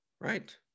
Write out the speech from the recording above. right